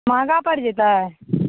महङ्गा पड़ि जेतय